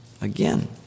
again